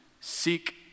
seek